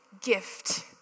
gift